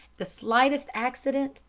the slightest accident,